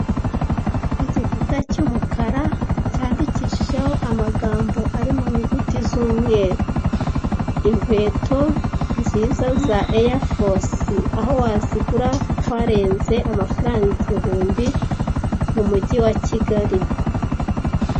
Igikuta cy'umukara cyandikishijeho amagambo ari mu nyuguti z'umweru, inkweto nziza za eyafosi aho wazigura ntarenze amafaranga igihumbi mu mujyi wa Kigali.